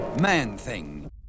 Man-Thing